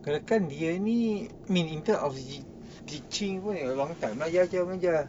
kalau kan dia ni main intern teaching long time lah dia mengajar